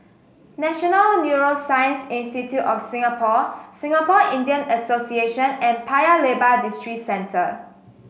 National Neuroscience Institute of Singapore Singapore Indian Association and Paya Lebar Districentre